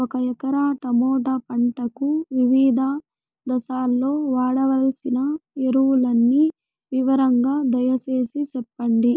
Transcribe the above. ఒక ఎకరా టమోటా పంటకు వివిధ దశల్లో వాడవలసిన ఎరువులని వివరంగా దయ సేసి చెప్పండి?